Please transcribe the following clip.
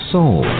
Soul